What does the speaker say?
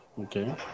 Okay